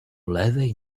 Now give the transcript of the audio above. lewej